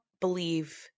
believe